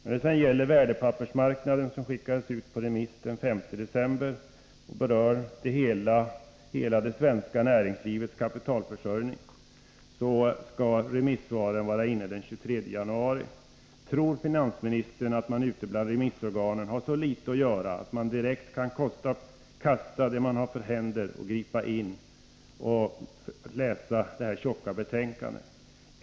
När det sedan gäller betänkandet Värdepappersmarknaden, som skickats ut på remiss den 5 december och som berör hela det svenska näringslivets kapitalförsörjning, skall remissvaren vara inne den 23 januari. Tror finansministern att man ute bland remissorganen har så litet att göra att man direkt kan kasta det man har för händer och gripa sig an med att läsa det här tjocka betänkandet?